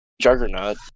juggernaut